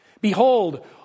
Behold